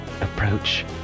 approach